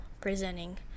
presenting